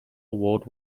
award